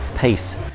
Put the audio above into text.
peace